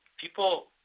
people